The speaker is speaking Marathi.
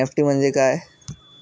एन.ई.एफ.टी म्हणजे काय?